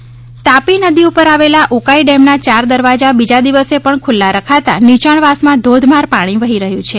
Ukai dam Tapi નદી ઉપર આવેલા ઉકાઇ ડેમના ચાર દરવાજા બીજા દિવસે પણ ખુલ્લા રખાતા નીચાણવાસમાં ધોધમાર પાણી વહી રહ્યું છે